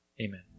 Amen